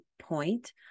point